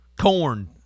Corn